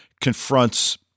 confronts